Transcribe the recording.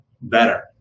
better